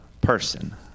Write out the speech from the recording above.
person